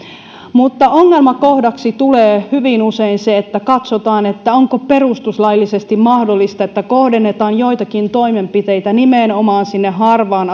mutta ongelmakohdaksi tulee hyvin usein se että katsotaan onko perustuslaillisesti mahdollista että kohdennetaan joitakin toimenpiteitä nimenomaan sinne harvaan